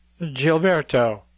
Gilberto